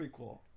prequel